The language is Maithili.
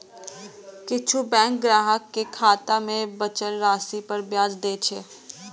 किछु बैंक ग्राहक कें खाता मे बचल राशि पर ब्याज दै छै